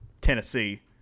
Tennessee